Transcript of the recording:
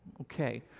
Okay